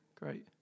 great